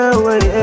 away